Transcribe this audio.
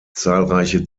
zahlreiche